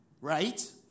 Right